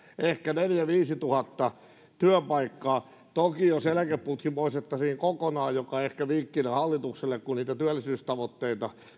ehkä neljätuhatta viiva viisituhatta työpaikkaa toki jos eläkeputki poistettaisiin kokonaan mikä ehkä vinkkinä hallitukselle kun niitä työllisyystavoitteita